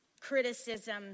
criticism